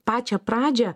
pačią pradžią